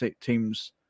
teams